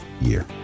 year